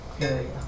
area